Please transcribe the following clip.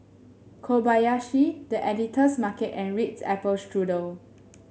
Kobayashi The Editor's Market and Ritz Apple Strudel